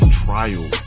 trial